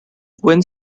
gwen